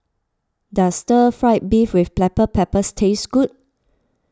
does Stir Fried Beef with Black Pepper taste good